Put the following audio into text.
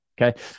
okay